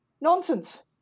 Nonsense